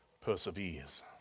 perseveres